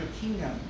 kingdom